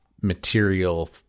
material